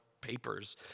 papers